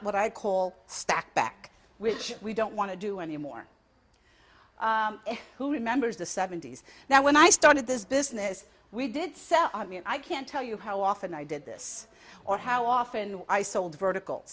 lot what i call stack back which we don't want to do anymore who remembers the seventy's now when i started this business we did sell i mean i can't tell you how often i did this or how often i sold vertical